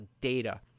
data